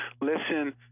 Listen